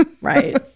right